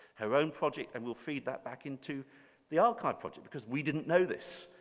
her own project and we'll feed that back into the archive project because we didn't know this.